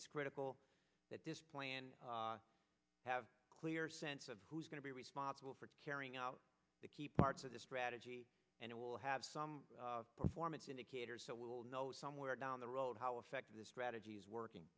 it's critical that this plan have a clear sense of who is going to be responsible for carrying out the key parts of this strategy and it will have some performance indicators so we'll know somewhere down the road how effective this strategy is working